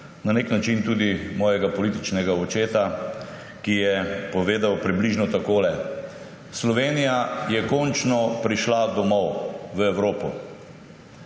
na nek način tudi mojega političnega očeta, ki je povedal približno takole: »Slovenija je končno prišla domov – v Evropo.«